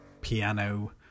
piano